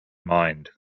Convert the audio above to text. mind